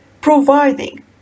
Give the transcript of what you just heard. providing